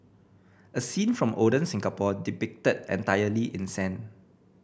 a scene from olden Singapore depicted entirely in sand